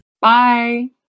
Bye